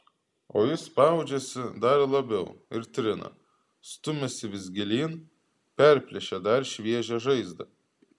o jis spaudžiasi dar labiau ir trina stumiasi vis gilyn perplėšia dar šviežią žaizdą